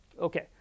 Okay